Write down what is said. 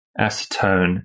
acetone